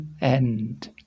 end